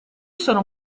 sono